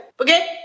okay